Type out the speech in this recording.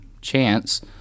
chance